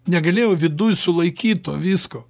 negalėjau viduj sulaikyt to visko